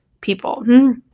people